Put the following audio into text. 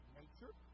nature